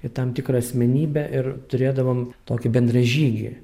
į tam tikrą asmenybę ir turėdavom tokį bendražygį